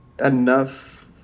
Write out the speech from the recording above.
enough